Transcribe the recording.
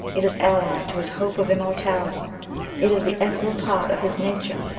it is allied to his hope of immortality it is the ethereal part of his nature,